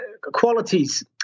qualities